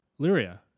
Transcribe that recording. Lyria